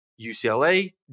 UCLA